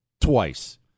twice